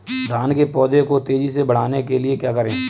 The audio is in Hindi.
धान के पौधे को तेजी से बढ़ाने के लिए क्या करें?